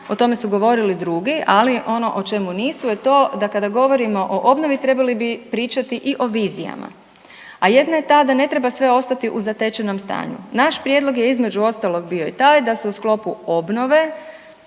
o tome su govorili drugi, ali ono o čemu nisu je to da kada govorimo o obnovi trebali bi pričati i o vizijama, a jedna je ta da ne treba sve ostati u zatečenom stanju. Naš prijedlog je između ostalog bio i taj da se u sklopu obnove